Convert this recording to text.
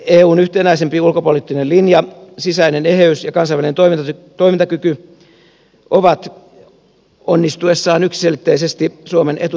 eun yhtenäisempi ulkopoliittinen linja sisäinen eheys ja kansainvälinen toimintakyky ovat onnistuessaan yksiselitteisesti suomen etujen mukaista